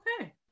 Okay